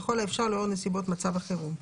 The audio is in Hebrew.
ככל האפשר לאור נסיבות מצב החירום.